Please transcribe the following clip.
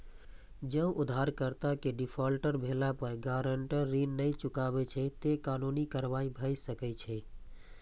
जौं उधारकर्ता के डिफॉल्टर भेला पर गारंटर ऋण नै चुकबै छै, ते कानूनी कार्रवाई भए सकैए